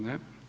Ne.